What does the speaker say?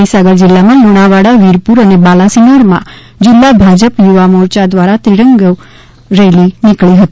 મહિસાગર જીલ્લામાં લુણાવાડા વીરપુર અને બાલાસિનોરમાં જીલ્લા ભાજપ યુવા મોરચા દ્વારા ત્રિરંગા રેલી નીકળી હતી